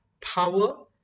power